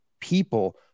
people